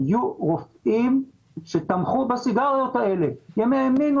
היו רופאים שתמכו בסיגריות האלה כי הם האמינו